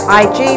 ig